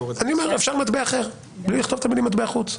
אני אומר שאפשר לומר מטבע אחר בלי לכתוב את המילים מטבע חוץ.